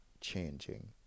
changing